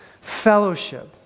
fellowship